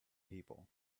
people